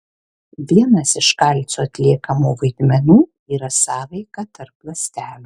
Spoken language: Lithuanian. vienas iš kalcio atliekamų vaidmenų yra sąveika tarp ląstelių